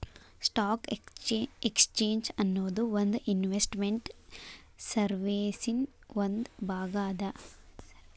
stock exchange ಅನ್ನೊದು ಒಂದ್ investment ಸರ್ವೇಸಿನ್ ಒಂದ್ ಭಾಗ ಅದ